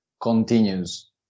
continues